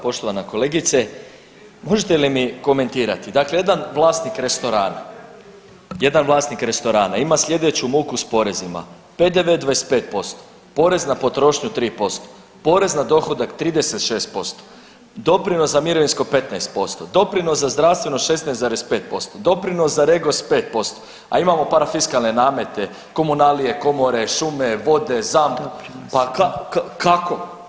Poštovana kolegice možete li mi komentirati, dakle jedan vlasnik restorana, jedan vlasnik restorana ima sljedeću muku s porezima PDV-e 25%, porez na potrošnju 3%, porez na dohodak 36%, doprinos za mirovinsko 15%, doprinos za zdravstveno 16,5%, doprinos za REGOS 5%, a imamo parafiskalne namete, komunalije, komore, šume, vode, … pa kako?